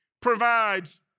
provides